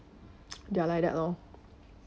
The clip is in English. they're like that lor